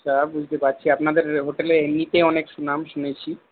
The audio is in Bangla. আচ্ছা বুঝতে পারছি আপনাদের হোটেলের এমনিতেই অনেক সুনাম শুনেছি